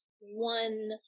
one